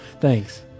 Thanks